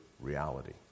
reality